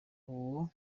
uwo